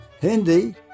Hindi